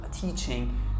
teaching